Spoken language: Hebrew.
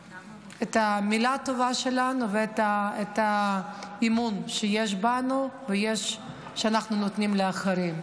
המילה הטובה שלנו והאמון שיש בנו ושאנחנו נותנים באחרים.